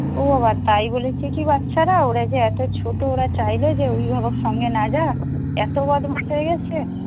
ও বাবা তাই বলেছে কি বাচ্ছারা ওরা যে এতো ছোটো ওরা চাইলো যে অভিভাবক সঙ্গে না যাক এত বদমাইশ হয়ে গেছে